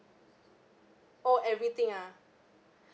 oh everything ah